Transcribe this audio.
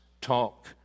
talk